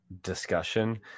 discussion